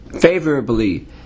favorably